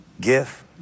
gift